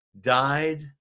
died